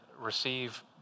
receive